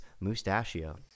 Mustachio